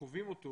חווים אותו